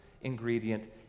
ingredient